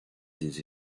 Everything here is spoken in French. des